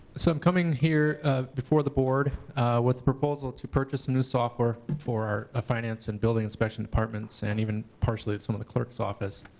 so i'm coming here before the board with the proposal to purchase a new software for our ah finance and building inspection departments, and even partially some of the clerk's office.